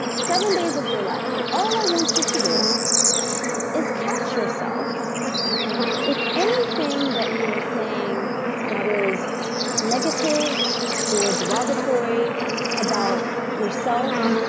seven days of your life, and all i want you to do is catch yourself with anything that you are saying that is negative or derogatory about yourself,